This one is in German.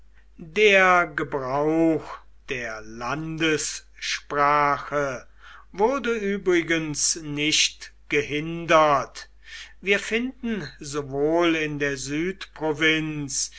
der gebrauch der landessprache wurde übrigens nicht gehindert wir finden sowohl in der südprovinz